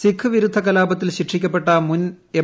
സിഖു വിരുദ്ധ കലാപത്തിൽ ശിക്ഷിക്കപ്പെട്ട രണ്ട് മുൻ എം